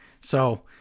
So-